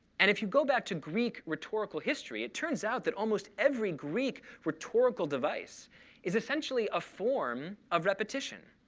and if you go back to greek rhetorical history, it turns out that almost every greek rhetorical device is essentially a form of repetition.